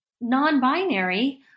non-binary